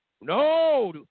No